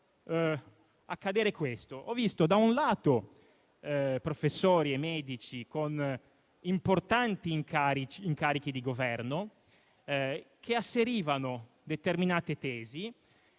ascoltate tutte e ho visto, da un lato, professori e medici con importanti incarichi di governo che asserivano determinate tesi,